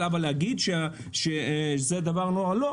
לא הייתי אומר שזה לא דבר חשוב.